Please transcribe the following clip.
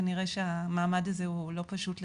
כנראה שהמעמד הזה הוא לא פשוט לנפגעים.